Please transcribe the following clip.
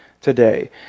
today